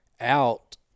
out